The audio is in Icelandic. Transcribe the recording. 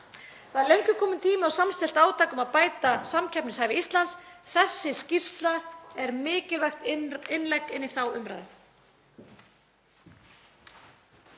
Það er löngu kominn tími á samstillt átak um að bæta samkeppnishæfi Íslands. Þessi skýrsla er mikilvægt innlegg inn í þá umræðu.